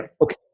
Okay